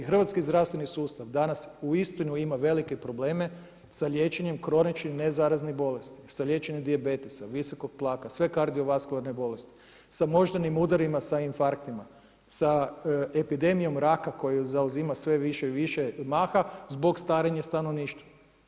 I hrvatski zdravstveni sustav danas uistinu ima velike probleme sa liječenjem kroničnih nezaraznih bolesti, sa liječenjem dijabetesa, visokog tlaka, se kardiovaskularne bolesti, sa moždanim udarima, sa infarktima, sa epidemijom raka koju zauzima sve više i više maha zbog starenja stanovništva.